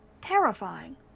terrifying